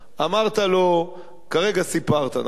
אמרת לו, כרגע סיפרת, נכון?